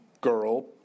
girl